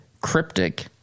cryptic